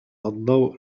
الضوء